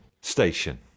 station